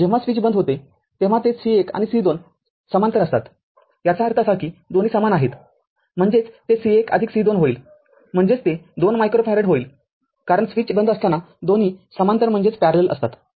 जेव्हा स्विच बंद होते तेव्हा हे C१ आणि C२ समांतर असतातयाचा अर्थ असा की दोन्ही समान आहेतम्हणजेच ते C१ C२ होईल म्हणजेच ते २ मायक्रोफॅरेड होईल कारण स्विच बंद असताना दोन्ही समांतर असतात